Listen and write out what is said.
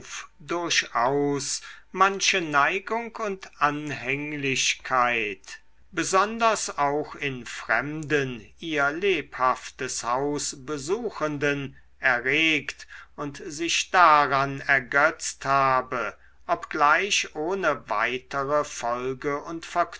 durchaus manche neigung und anhänglichkeit besonders auch in fremden ihr lebhaftes haus besuchenden erregt und sich daran ergötzt habe obgleich ohne weitere folge